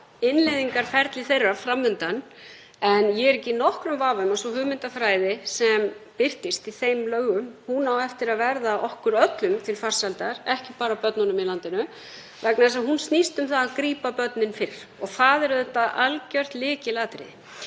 innleiðingarferli þeirra fram undan. En ég er ekki í nokkrum vafa um að sú hugmyndafræði sem birtist í þeim lögum á eftir að verða okkur öllum til farsældar, ekki bara börnunum í landinu, vegna þess að hún snýst um að grípa börnin fyrr og það er auðvitað algjört lykilatriði.